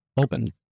Open